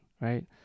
right